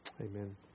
Amen